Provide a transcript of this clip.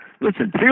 listen